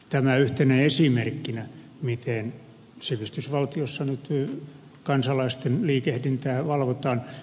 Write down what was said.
tämä yhtenä esimerkkinä miten sivistysvaltiossa nyt kansalaisten liikehdintää valvotaan